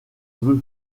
vœu